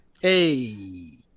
Hey